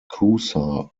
coosa